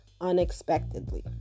unexpectedly